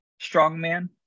strongman